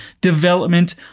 development